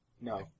No